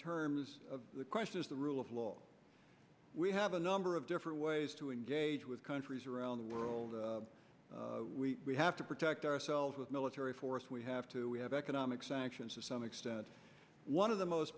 terms of the questions the rule of law we have a number of different ways to engage with countries around the world we have to protect ourselves with military force we have to we have economic sanctions to some extent one of the most